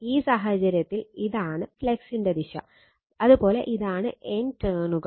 ഈ സാഹചര്യത്തിൽ ഇതാണ് ഫ്ളക്സിന്റെ ദിശ അതുപോലെ ഇതാണ് N ടേണുകൾ